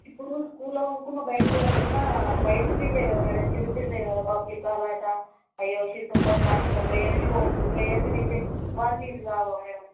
ఇప్పుడు స్కూల్లో కొనుక్కున్న బయట కొనుక్కున్న బయట తిండే కదా మేడం చిరు తిండే కదా బబుల్గం అట అయేయో చింతకొండటుర్రు అవి అన్నీ కొనుక్కుంటుర్రు అవి అన్నీ తింటే వాంతింగ్స్ కావా మేడం